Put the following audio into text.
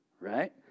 Right